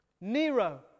Nero